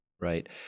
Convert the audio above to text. Right